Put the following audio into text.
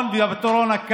פעם לא היה הפתרון.